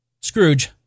Scrooge